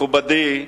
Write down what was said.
מכובדי,